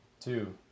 two